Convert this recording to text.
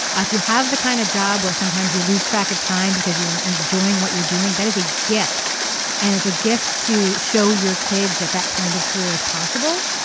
if you have the kind of job where sometimes you lose track of time because you and you're enjoying what you're doing that is a gift as a gift to show your kids that that kind of career is possible.